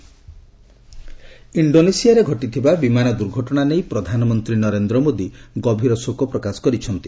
PM plane crash ଇଣ୍ଡୋନେସିଆରେ ଘଟିଥିବା ବିମାନ ଦୁର୍ଘଟଣା ନେଇ ପ୍ରଧାନମନ୍ତ୍ରୀ ନରେନ୍ଦ୍ର ମୋଦି ଗଭୀର ଶୋକପ୍ରକାଶ କରିଛନ୍ତି